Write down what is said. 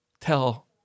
tell